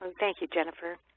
and thank you, jennifer.